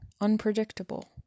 unpredictable